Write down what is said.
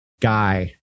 guy